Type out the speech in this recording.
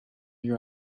you